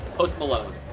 post malone.